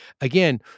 Again